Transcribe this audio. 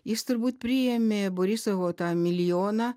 jis turbūt priėmė borisovo tą milijoną